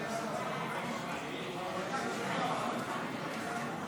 העדפה מתקנת לנכי צה"ל),